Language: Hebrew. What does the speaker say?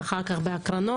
ואחר כך בהקרנות.